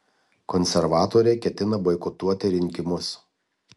konservatoriai ketina boikotuoti rinkimus